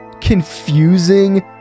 confusing